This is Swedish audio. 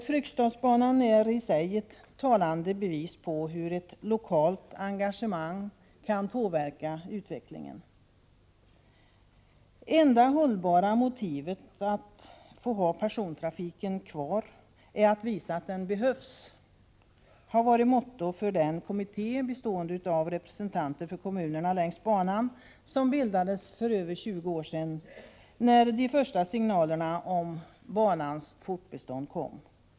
Fryksdalsbanan är i sig ett talande bevis på hur ett lokalt engagemang kan påverka utvecklingen. — Enda hållbara sättet att få ha persontrafiken kvar är att visa att den behövs — det har varit mottot för den kommitté bestående av representanter för kommunerna längs banan som bildades för över 20 år sedan, när de första signalerna om banans indragning kom.